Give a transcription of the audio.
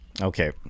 okay